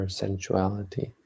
sensuality